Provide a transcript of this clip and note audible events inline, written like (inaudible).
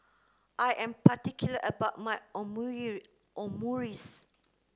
I am particular about my (unintelligible) Omurice